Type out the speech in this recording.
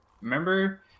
Remember